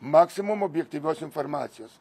maksimum objektyvios informacijos